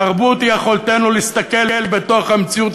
תרבות היא יכולתנו להסתכל בתוך המציאות